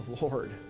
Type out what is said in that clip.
Lord